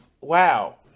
Wow